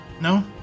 No